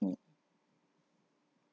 um